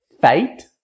fate